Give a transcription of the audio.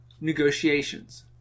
Negotiations